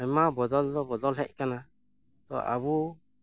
ᱟᱭᱢᱟ ᱵᱚᱫᱚᱞ ᱫᱚ ᱵᱚᱫᱚᱞ ᱦᱮᱡ ᱠᱟᱱᱟ ᱛᱚ ᱟᱵᱚ